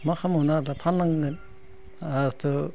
मा खालामबावनो आरो दा फाननांगोन आरोथ'